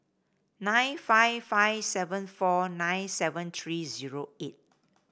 nine five five seven four nine seven three zero eight